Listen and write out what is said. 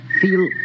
feel